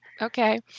okay